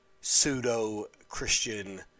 pseudo-Christian